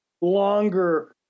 longer